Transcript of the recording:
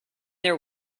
their